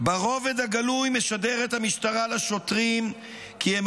ברובד הגלוי משדרת המשטרה לשוטרים כי הם